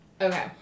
Okay